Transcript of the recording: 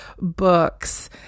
books